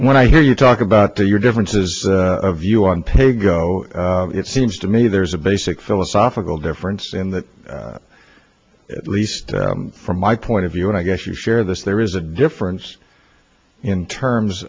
when i hear you talk about the your differences of view on paygo it seems to me there's a basic philosophical difference in that at least from point of view and i guess you share this there is a difference in terms